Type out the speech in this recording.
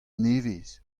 nevez